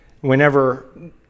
whenever